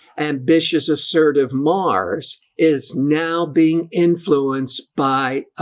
ambitious assertive mars is now being influenced by